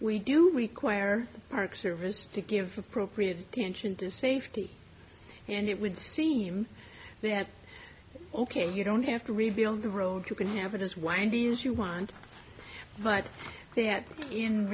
we do require park service to give propre of attention to safety and it would seem that you don't have to rebuild the road you can have it as windy as you want but that in